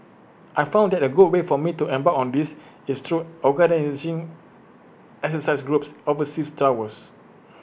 I found out that A good way for me to embark on this is through organising exercise groups overseas tours